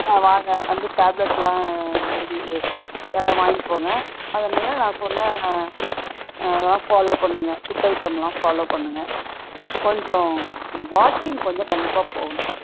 ஆ வாங்கள் வந்து டேப்லெட்டுலாம் எழுதி தரேன் வாங்கிகிட்டு போங்க அது அன்னில நான் சொன்ன இதலாம் ஃபாலோவ் பண்ணுங்கள் ஃபுட் ஐட்டம்லாம் ஃபாலோவ் பண்ணுங்கள் கொஞ்சம் வாக்கிங் கொஞ்சம் கண்டிப்பாக போகணும்